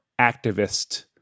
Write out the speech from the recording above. activist